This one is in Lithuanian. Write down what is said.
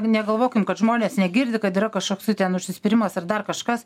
negalvokim kad žmonės negirdi kad yra kažkoksai ten užsispyrimas ar dar kažkas